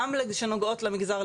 גם שנוגעות למגזר.